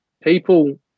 people